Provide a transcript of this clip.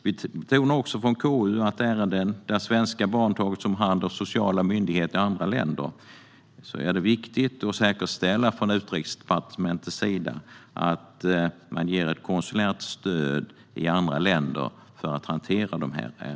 Vi i KU betonar att i ärenden, där svenska barn tagits om hand av sociala myndigheter i annat land, är det viktigt att säkerställa att Utrikesdepartementet ger ett konsulärt stöd i andra länder.